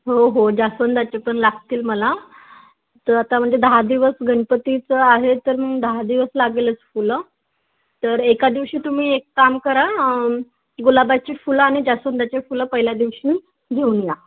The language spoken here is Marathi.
हो हो जास्वंदाचे पण लागतील मला तर आता म्हणजे दहा दिवस गणपतीचं आहे तर मग दहा दिवस लागेलच फुलं तर एका दिवशी तुम्ही एक काम करा गुलाबाची फुलं आणि जास्वंदाचे फुलं पहिल्या दिवशी घेऊन या